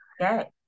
Okay